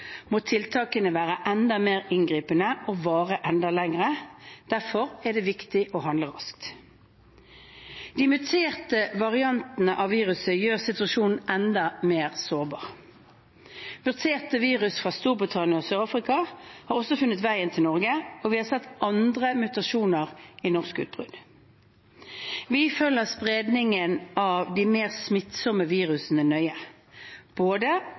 må tiltakene være enda mer inngripende og vare enda lenger. Derfor er det viktig å handle raskt. De muterte variantene av viruset gjør situasjonen enda mer sårbar. Muterte virus fra Storbritannia og Sør-Afrika har også funnet veien til Norge, og vi har sett andre mutasjoner i norske utbrudd. Vi følger spredningen av de mer smittsomme virusene nøye, både